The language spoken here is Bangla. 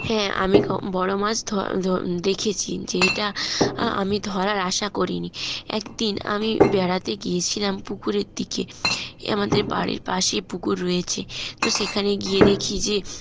হ্যাঁ আমি বড় মাছ দেখেছি যেইটা আমি ধরার আশা করিনি একদিন আমি বেড়াতে গিয়েছিলাম পুকুরের দিকে আমাদের বাড়ির পাশেই পুকুর রয়েছে তো সেখানে গিয়ে দেখি যে